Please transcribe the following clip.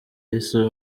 yise